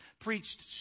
preached